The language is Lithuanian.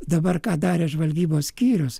dabar ką darė žvalgybos skyrius